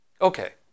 Okay